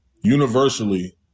Universally